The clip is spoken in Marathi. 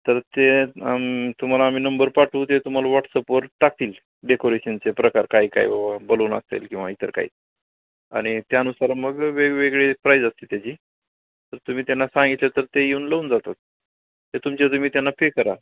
तर ते तुम्हाला आम्ही नंबर पाठवू ते तुम्हाला व्हॉट्सअपवर टाकतील डेकोरेशनचे प्रकार काय काय बुवा बलून असेल किंवा इतर काही आणि त्यानुसार मग वेगवेगळी प्राईज असतील त्याची तर तुम्ही त्यांना सांगितलं तर ते येऊन लावून जातात ते तुमचे तुम्ही त्यांना पे करा